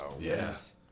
Yes